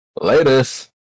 Latest